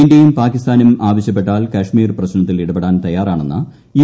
ഇന്ത്യയും പാകിസ്ഥാനും ആവശ്യപ്പെട്ടാൽ കശ്മീർ പ്രശ്നത്തിൽ ഇടപെടാൻ തയ്യാറാണെന്ന യു